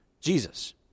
Jesus